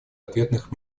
ответных